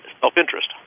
self-interest